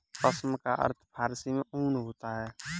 पश्म का अर्थ फारसी में ऊन होता है